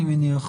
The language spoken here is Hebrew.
אני מניח,